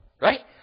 Right